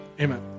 amen